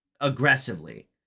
aggressively